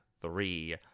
three